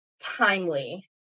timely